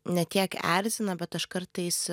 ne tiek erzina bet aš kartais